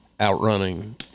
outrunning